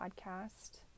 podcast